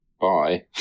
bye